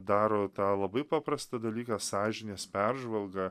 daro tą labai paprastą dalyką sąžinės peržvalga